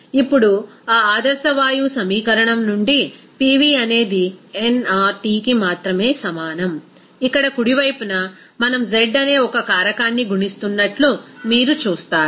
ఇప్పుడు ఆ ఆదర్శ వాయువు సమీకరణం నుండి PV అనేది nRTకి మాత్రమే సమానం ఇక్కడ కుడి వైపున మనం z అనే ఒక కారకాన్ని గుణిస్తున్నట్లు మీరు చూస్తారు